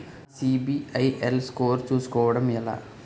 నా CIBIL score చుస్కోవడం ఎలా?